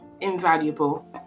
invaluable